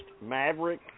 Maverick